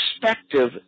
perspective